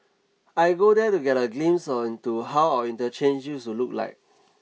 I go there to get a glimpse on into how our interchanges look like